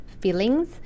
feelings